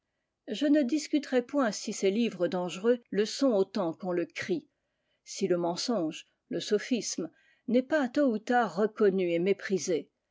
je ne discuterai point si ces livres dangereux le sont autant qu'on le crie si le mensonge le sophisme n'est pas tôt ou tard reconnu et méprisé